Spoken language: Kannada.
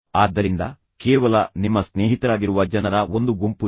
ಆದ್ದರಿಂದ ಕೇವಲ ನಿಮ್ಮ ಸ್ನೇಹಿತರಾಗಿರುವ ಜನರ ಒಂದು ಗುಂಪು ಇದೆ